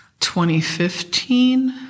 2015